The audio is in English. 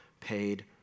paid